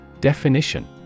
Definition